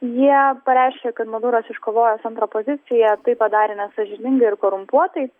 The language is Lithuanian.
jie pareiškė kad maduras iškovojęs antrą poziciją tai padarė nesąžiningai ir korumpuotai